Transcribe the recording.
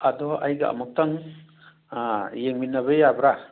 ꯑꯗꯣ ꯑꯩꯗꯣ ꯑꯃꯨꯛꯇꯪ ꯌꯦꯡꯃꯤꯟꯅꯕ ꯌꯥꯕ꯭ꯔꯥ